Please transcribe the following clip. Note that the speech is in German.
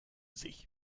sich